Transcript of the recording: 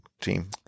team